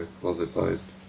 closet-sized